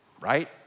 Right